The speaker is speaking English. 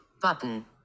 Button